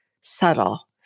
subtle